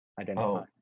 identify